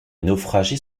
naufragés